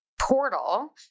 portal